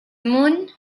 moon